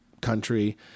country